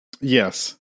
Yes